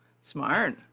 Smart